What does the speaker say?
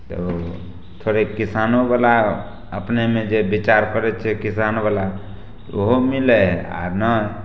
तऽ उ थोड़ेक किसानोवला अपनेमे जे विचार करय छियै किसानवला तऽ उहो मिलय हइ आओर नहि